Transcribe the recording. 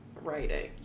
writing